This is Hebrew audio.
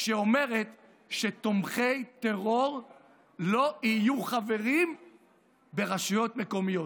שאומרת שתומכי טרור לא יהיו חברים ברשויות מקומיות.